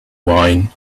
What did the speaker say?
wine